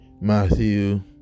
Matthew